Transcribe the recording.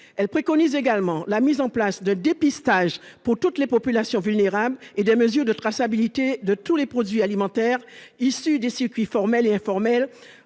elle préconise également la mise en place de dépistage pour toutes les populations vulnérables et des mesures de traçabilité de tous les produits alimentaires issus des circuits formel et informel